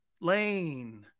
Lane